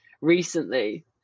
recently